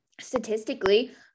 statistically